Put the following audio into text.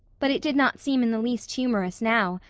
but it did not seem in the least humorous now,